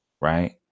Right